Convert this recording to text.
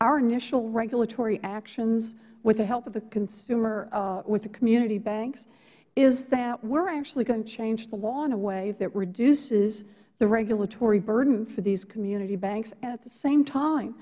our initial regulatory actions with the help of the consumerh with the community banks is that we're actually going to change the law in a way that reduces the regulatory burden for these community banks and at the same time